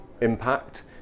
impact